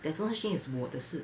there's no such thing as 我的事